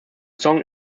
song